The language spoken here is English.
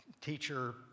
teacher